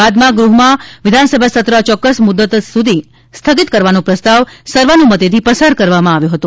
બાદમાં ગૃહમાં વિધાનસભા સત્ર અયોક્કસ મુદત સુધી સ્થગિત કરવાનો પ્રસ્તાવ સર્વાનુમતેથી પસાર કરવામાં આવ્યો હતો